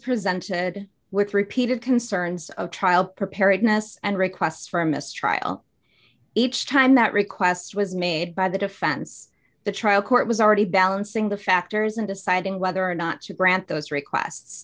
presented with repeated concerns of trial preparedness and requests for a mistrial each time that request was made by the defense the trial court was already balancing the factors in deciding whether or not to grant those request